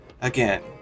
again